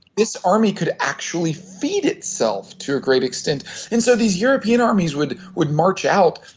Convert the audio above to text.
this army could actually feed itself to a great extent and so these european armies would would march out.